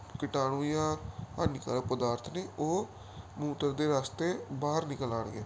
ਕੀਟਾਣੂ ਜਾਂ ਹਾਨੀਕਾਰਕ ਪਦਾਰਥ ਨੇ ਉਹ ਮੂਤਰ ਦੇ ਰਾਸਤੇ ਬਾਹਰ ਨਿਕਲ ਆਉਣਗੇ